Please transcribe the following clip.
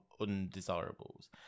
undesirables